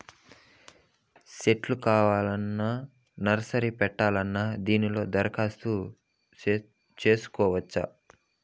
సెట్లు కావాలన్నా నర్సరీ పెట్టాలన్నా దీనిలో దరఖాస్తు చేసుకోవచ్చు